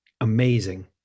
Amazing